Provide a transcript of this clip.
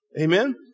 Amen